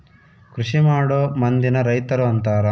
ಕೃಷಿಮಾಡೊ ಮಂದಿನ ರೈತರು ಅಂತಾರ